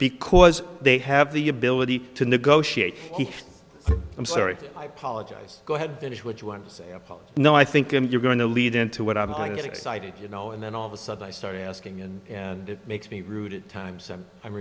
because they have the ability to negotiate he i'm sorry i apologize go ahead finish what you want to say no i think you're going to lead into what i get excited you know and then all of a sudden i started asking and it makes me rooted times and i'm